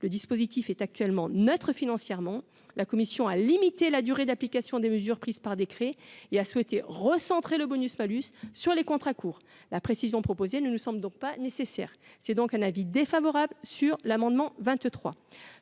le dispositif est actuellement neutre financièrement, la commission a limité la durée d'application des mesures prises par décret, il a souhaité recentrer le bonus malus sur les contrats courts, la précision proposé ne nous semble donc pas nécessaire, c'est donc un avis défavorable sur l'amendement 23